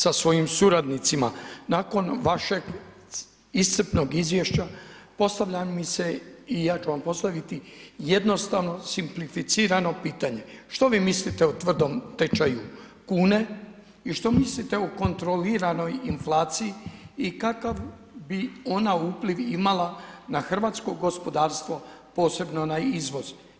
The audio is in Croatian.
Sa svojim suradnicima nakon vašeg iscrpnog izvješća postavlja mi se i ja ću vam postaviti jednostavno, simplificirano pitanje, što vi mislite o tvrdom tečaju kune i što mislite o kontroliranoj inflaciji i kakav bi ona upliv imala na hrvatsko gospodarstvo, posebno na izvoz?